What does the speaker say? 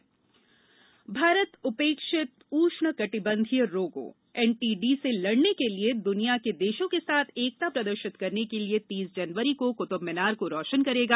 Bharat NTD Bharat उपेक्षित उष्णकटिबंधीय रोगों एनटीडी से लडने के लिए दुनिया के देशों के साथ एकता प्रदर्शित करने के लिए तीस जनवरी को कुतुबमीनार को रोशन करेगा